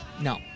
No